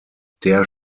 der